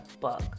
book